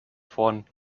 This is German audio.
vorn